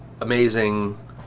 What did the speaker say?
amazing